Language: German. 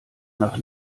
nach